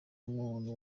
umuntu